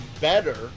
better